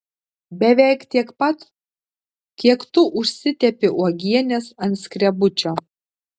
beveik tiek pat kiek tu užsitepi uogienės ant skrebučio